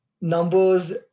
Numbers